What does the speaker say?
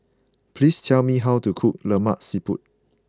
please tell me how to cook Lemak Siput